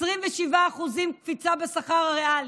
27% קפיצה בשכר הריאלי.